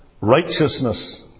righteousness